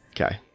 Okay